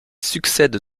succède